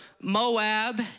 Moab